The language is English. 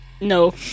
No